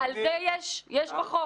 על זה יש בחוק.